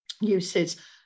uses